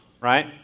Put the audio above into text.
right